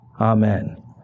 Amen